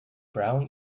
brown